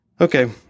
Okay